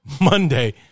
Monday